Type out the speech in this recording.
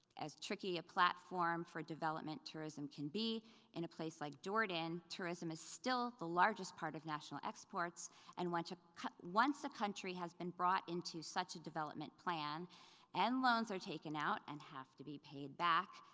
as tricky a platform for development tourism tourism can be in a place like jordan, tourism is still the largest part of national exports and once a once a country has been brought into such a development plan and loans are taken out and have to be paid back,